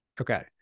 Okay